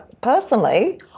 personally